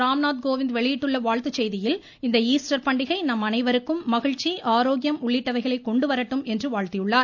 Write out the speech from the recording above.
ராம்நாத் கோவிந்த் வெளியிட்டுள்ள வாழ்த்துச் செய்தியில் ஈஸ்டர் பண்டிகை நம் அனைவருக்கும் மகிழ்ச்சி ஆரோக்கியம் இந்க உள்ளிட்டவைகளை கொண்டு வரட்டும் என்று வாழ்த்தியுள்ளார்